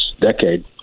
decade